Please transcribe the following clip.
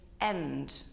end